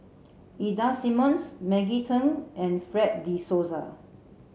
Ida Simmons Maggie Teng and Fred de Souza